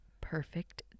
Perfect